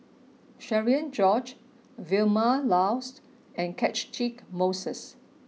Cherian George Vilma Laus and Catchick Moses